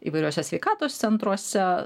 įvairiuose sveikatos centruose